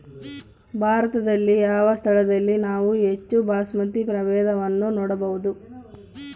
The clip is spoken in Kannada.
ಭಾರತದಲ್ಲಿ ಯಾವ ಸ್ಥಳದಲ್ಲಿ ನಾವು ಹೆಚ್ಚು ಬಾಸ್ಮತಿ ಪ್ರಭೇದವನ್ನು ನೋಡಬಹುದು?